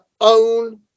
own